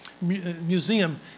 museum